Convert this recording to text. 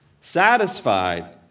satisfied